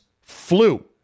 flu